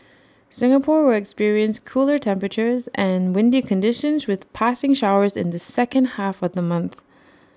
Singapore will experience cooler temperatures and windy conditions with passing showers in the second half of the month